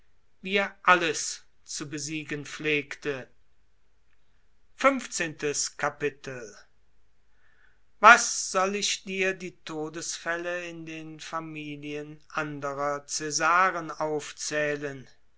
er alles zu besiegen pflegte was soll ich dir die todesfälle in den familien anderer cäsaren aufzählen